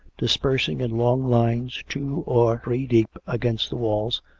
dispersing in long lines two or three deep against the walls,